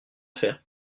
faire